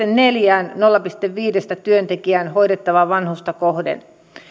neljään työntekijään hoidettavaa vanhusta kohden